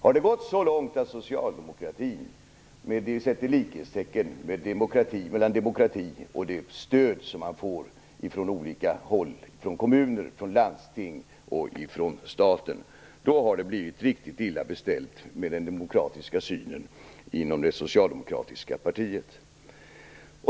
Har det gått så långt att socialdemokratin sätter likhetstecken mellan demokrati och det stöd man får från olika håll - från kommuner, landsting och staten - då har det blivit riktigt illa beställt med den demokratiska synen inom det socialdemokratiska partiet.